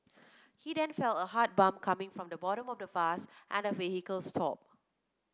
he then felt a hard bump coming from the bottom of the bus and the vehicle stopped